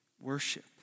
worship